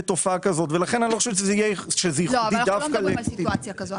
אנחנו לא מדברים על סיטואציה כזאת,